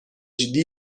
ciddi